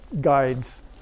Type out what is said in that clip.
guides